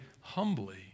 humbly